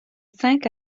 cinq